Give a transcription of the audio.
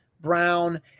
Brown